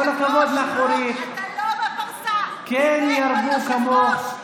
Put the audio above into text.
כל הכבוד לך, אורית, כן ירבו כמוך.